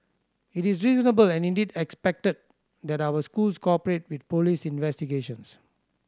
it is reasonable and indeed expected that our schools cooperate with police investigations